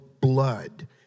blood